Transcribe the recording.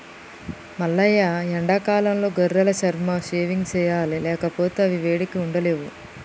మల్లయ్య ఎండాకాలంలో గొర్రెల చర్మం షేవింగ్ సెయ్యాలి లేకపోతే అవి వేడికి ఉండలేవు